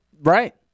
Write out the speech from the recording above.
Right